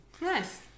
Nice